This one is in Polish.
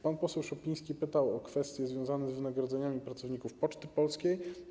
Pan poseł Szopiński pytał o kwestie związane z wynagrodzeniami pracowników Poczty Polskiej.